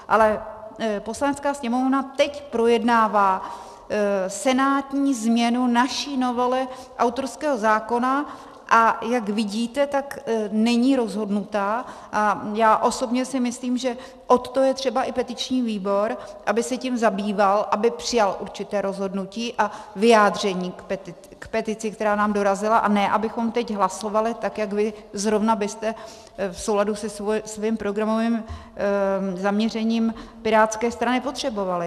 Ale Poslanecká sněmovna teď projednává senátní změnu naší novely autorského zákona, a jak vidíte, tak není rozhodnutá, a já osobně si myslím, že od toho je třeba i petiční výbor, aby se tím zabýval, aby přijal určité rozhodnutí a vyjádření k petici, která nám dorazila, a ne abychom teď hlasovali tak, jak vy zrovna byste v souladu se svým programovým zaměřením pirátské strany potřebovali.